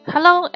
Hello